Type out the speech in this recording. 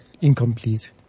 incomplete